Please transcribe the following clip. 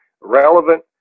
relevant